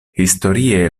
historie